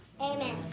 Amen